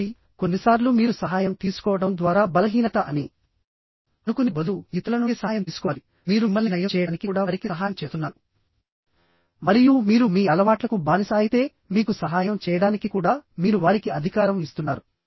కాబట్టి కొన్నిసార్లు మీరు సహాయం తీసుకోవడం ద్వారా బలహీనత అని అనుకునే బదులు ఇతరుల నుండి సహాయం తీసుకోవాలి మీరు మిమ్మల్ని నయం చేయడానికి కూడా వారికి సహాయం చేస్తున్నారు మరియు మీరు మీ అలవాట్లకు బానిస అయితే మీకు సహాయం చేయడానికి కూడా మీరు వారికి అధికారం ఇస్తున్నారు